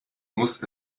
muss